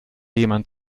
jemand